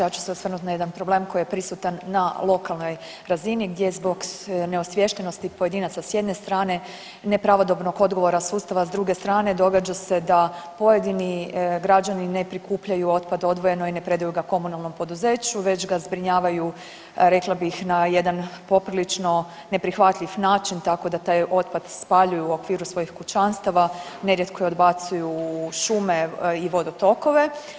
Ja ću se osvrnuti na jedan problem koji je prisutan na lokalnoj razini gdje zbog neosviještenosti pojedinaca s jedne strane i nepravodobnog odgovora sustava s druge strane događa se da pojedini građani ne prikupljaju otpad odvojeno i ne predaju ga komunalnom poduzeću već ga zbrinjavaju rekla bih na jedan poprilično neprihvatljiv način tako da taj otpad spaljuju u okviru svojih kućanstava, nerijetko odbacuju u šume i vodotokove.